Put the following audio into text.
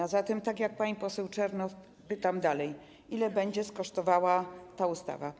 A zatem tak jak pani poseł Czernow pytam dalej: Ile będzie kosztowała ta ustawa?